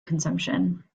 consumption